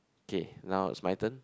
okay now is my turn